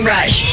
Rush